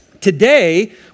Today